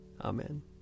Amen